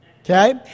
Okay